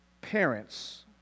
parents